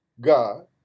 God